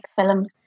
film